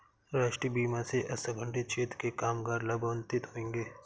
राष्ट्रीय बीमा से असंगठित क्षेत्र के कामगार लाभान्वित होंगे